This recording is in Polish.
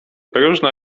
próżno